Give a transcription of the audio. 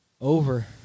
over